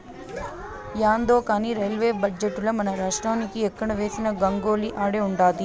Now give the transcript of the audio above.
యాందో కానీ రైల్వే బడ్జెటుల మనరాష్ట్రానికి ఎక్కడ వేసిన గొంగలి ఆడే ఉండాది